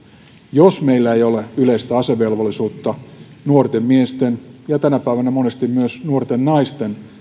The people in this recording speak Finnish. jos meillä ei olisi yleistä asevelvollisuutta ja nuorten miesten ja tänä päivänä monesti myös nuorten naisten